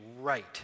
right